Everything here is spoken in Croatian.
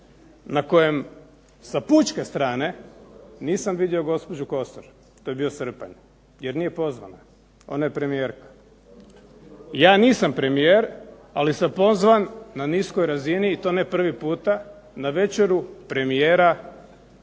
na kojem sa pučke strane nisam vidio gospođu Kosor. To je bio srpanj, jer nije pozvana. Ona je premijerka. Ja nisam premijer, ali sam pozvan na niskoj razini i to ne prvi puta na večeru premijera i